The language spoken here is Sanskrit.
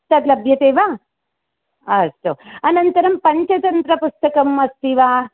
तद् लभ्यते वा अस्तु अनन्तरं पञ्चतन्त्रपुस्तकम् अस्ति वा